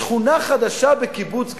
שכונה חדשה בקיבוץ גליל-ים,